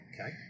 Okay